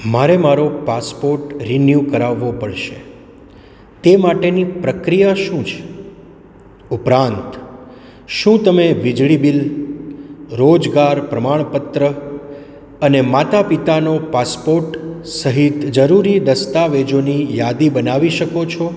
મારે મારો passport renew કરાવવો પડશે તે માટેની પ્રક્રિયા શું છે ઉપરાંત શું તમે વીજળી બિલ રોજગાર પ્રમાણપત્ર અને માતાપિતાનો પાસપોર્ટ સહિત જરૂરી દસ્તાવેજોની યાદી બનાવી શકો છો